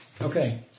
Okay